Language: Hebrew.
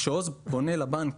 כאשר עוז פונה אל הבנק,